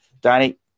Danny